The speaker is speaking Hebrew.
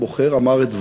הבוחר אמר את דברו,